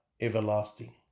everlasting